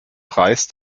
preis